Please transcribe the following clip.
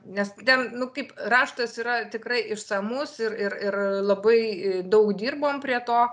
nes ten nu kaip raštas yra tikrai išsamus ir ir ir labai daug dirbom prie to